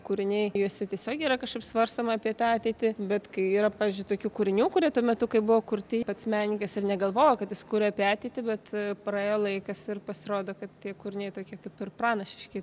kūriniai juose tiesiogiai yra kažkaip svarstoma apie tą ateitį bet kai yra pavyzdžiui tokių kūrinių kurie tuo metu kai buvo kurti pats menininkas ir negalvojo kad jis kuria ateitį bet praėjo laikas ir pasirodo kad tie kūriniai tokie kaip ir pranašiški